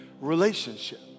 relationship